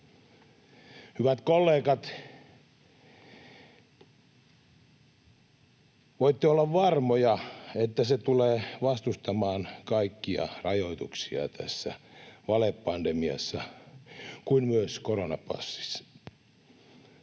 Hyvät kollegat, voitte olla varmoja, että se tulee vastustamaan kaikkia rajoituksia tässä valepandemiassa, kuin myös koronapassissa.